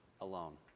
alone